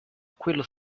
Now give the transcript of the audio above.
quello